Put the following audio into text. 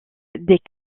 des